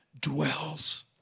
dwells